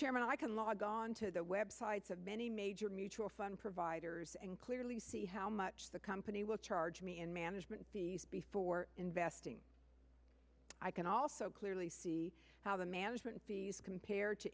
chairman i can log on to the website said many major mutual fund providers and clearly see how much the company will charge me in management fees before investing i can also clearly see how the management fees compare to